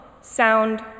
sound